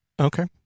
Okay